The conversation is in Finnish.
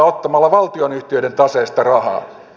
ottamalla valtionyhtiöiden taseesta rahaa